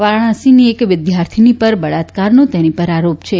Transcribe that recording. વારાણસીની એક વિદ્યાર્થીની પર બળાત્કારનો તેની પર આરોપ છે